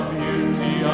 beauty